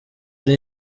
ari